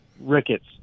rickets